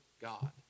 God